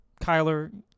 Kyler